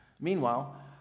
Meanwhile